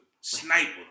Sniper